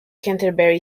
canterbury